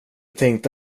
tänkte